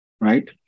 right